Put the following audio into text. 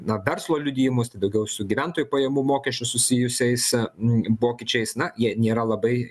na verslo liudijimus tai daugiau su gyventojų pajamų mokesčiu susijusiais pokyčiais na jie nėra labai